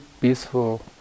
peaceful